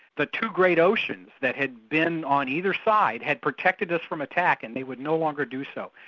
the two great oceans that had been on either side, had protected us from attack, and they would no longer do so.